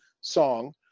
song